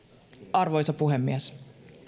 arvoisa puhemies